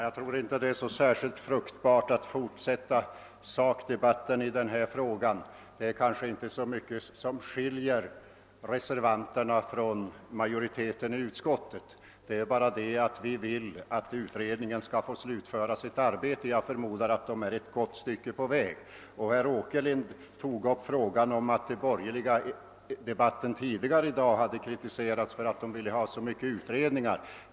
Herr talman! Det är nog inte särskilt fruktbart att fortsätta sakdebatien i denna fråga; det är inte så mycket som skiljer reservanterna från majoriteten i utskottet. Vi vill att utredningen skall få slutföra sitt arbete — jag förmodar att man är ett gott stycke på väg. Herr Åkerlind sade att de borgerliga i debatten tidigare i dag hade kritiserats för att vilja ha så mycket utredningar.